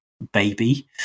baby